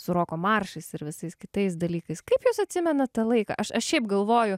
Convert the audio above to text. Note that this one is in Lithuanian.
su roko maršais ir visais kitais dalykais kaip jūs atsimenat tą laiką aš aš šiaip galvoju